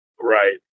right